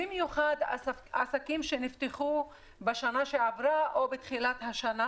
במיוחד עסקים שנפתחו בשנה שעברה או בתחילת השנה,